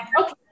okay